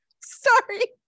Sorry